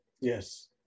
Yes